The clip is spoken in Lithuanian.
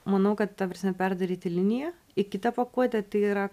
manau kad ta prasme perdaryti liniją į kitą pakuotę tai yra